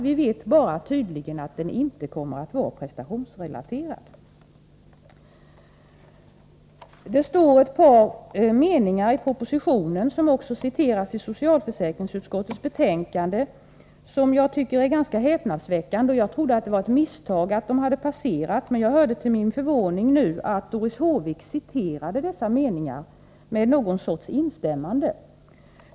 Vi vet bara att ersättningen tydligen inte kommer att vara prestationsrelaterad. Det står ett par meningar i propositionen som också citeras i socialförsäkringsutskottets betänkande som jag tycker är ganska häpnadsväckande, och jag trodde att det var ett misstag att de hade passerat, men jag hörde till min förvåning att Doris Håvik citerade dessa meningar med någon sorts .instämmande.